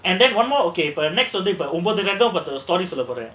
and then one more okay but வந்து:vandhu stories சொல்ல போறேன்:solla poraen